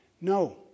No